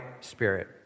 spirit